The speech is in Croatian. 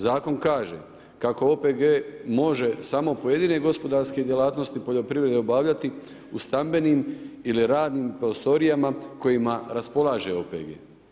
Zakon kaže kako OPG može samo pojedine gospodarske djelatnosti poljoprivrede obavljati u stambenim ili radnim prostorijama kojima raspolaže OPG.